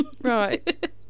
Right